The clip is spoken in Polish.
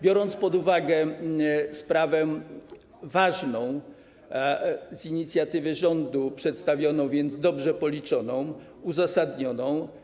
Biorąc pod uwagę sprawę ważną, z inicjatywy rządu przedstawiono więc ustawę dobrze policzoną, uzasadnioną.